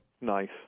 Nice